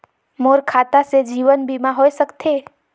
मोर खाता से जीवन बीमा होए सकथे?